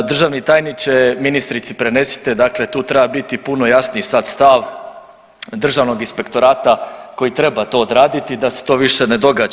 Državni tajniče ministrici prenesite dakle, tu treba biti puno jasniji sada stav Državnog inspektorata koji treba to odraditi da se to više ne događa.